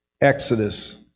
Exodus